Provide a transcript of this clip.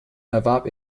erwarb